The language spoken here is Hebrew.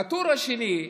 הטור השני,